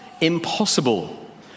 Impossible